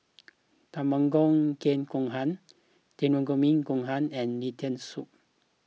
Tamago Kake Gohan Takikomi Gohan and Lentil Soup